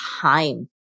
time